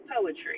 poetry